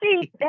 see